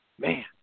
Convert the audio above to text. Man